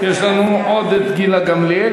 יש לנו עוד את גילה גמליאל,